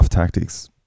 tactics